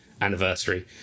anniversary